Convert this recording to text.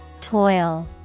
Toil